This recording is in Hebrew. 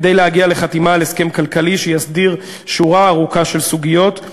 כדי להגיע לחתימה על הסכם כלכלי שיסדיר שורה ארוכה של סוגיות.